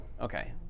Okay